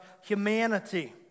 humanity